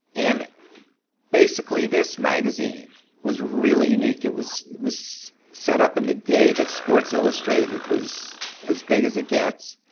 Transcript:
and basically, this magazine was really unique. it was was set up in the day that sports illustrated was as big as it gets,